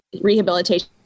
rehabilitation